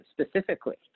specifically